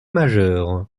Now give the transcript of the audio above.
majeure